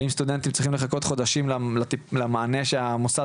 ואם סטודנטים צריכים לחכות חודשים למענה שהמוסד